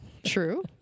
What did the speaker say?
True